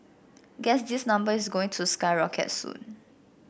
guess this number is going to skyrocket soon